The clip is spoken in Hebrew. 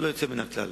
ללא יוצא מן הכלל,